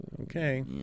Okay